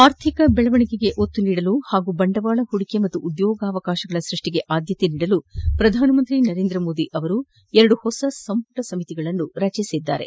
ಆರ್ಥಿಕ ಬೆಳವಣಿಗೆಗೆ ಒತ್ತು ನೀಡಲು ಹಾಗೂ ಬಂಡವಾಳ ಹೂಡಿಕೆ ಮತ್ತು ಉದ್ಯೋಗಾವಕಾಶಗಳ ಸೃಷ್ಟಿಗೆ ಆದ್ಯತೆ ನೀಡಲು ಪ್ರಧಾನಮಂತ್ರಿ ನರೇಂದ್ರ ಮೋದಿ ಎರಡು ಹೊಸ ಸಂಪುಟ ಸಮಿತಿಗಳನ್ನು ರಚನೆ ಮಾಡಿದ್ದಾರೆ